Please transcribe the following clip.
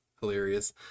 hilarious